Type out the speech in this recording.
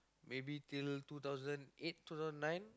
maybe till two thousand eight two thousand nine